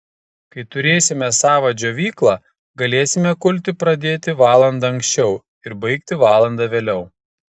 kai turėsime savą džiovyklą galėsime kulti pradėti valanda anksčiau ir baigti valanda vėliau